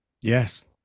yes